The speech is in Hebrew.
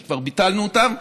שכבר ביטלנו אותם.